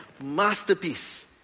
masterpiece